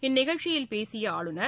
இந்நிகழ்ச்சியில் பேசிய ஆளுநர்